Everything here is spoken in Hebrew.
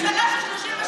ממשלה של 36 שרים.